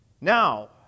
now